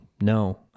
No